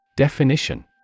Definition